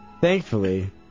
Thankfully